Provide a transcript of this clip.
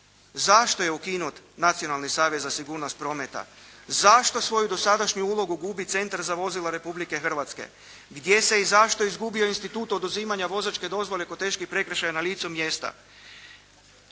prometa? Zašto svoju dosadašnju ulogu gubi centar za vozila Republike Hrvatske? Gdje se i zašto izgubio institut oduzimanja vozačke dozvole kod teških prekršaja na licu mjesta?